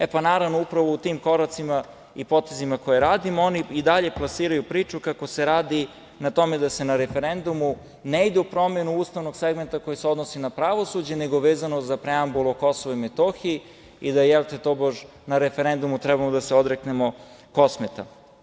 E, pa naravno, upravo u tim koracima i potezima koje radimo, oni i dalje plasiraju priču kako se radi na tome da se na referendumu ne ide u promenu ustavnog segmenta koji se odnosi na pravosuđe, nego vezano za preambulu o Kosovu i Metohiji i da tobož na referendumu treba da se odreknemo Kosmeta.